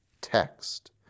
text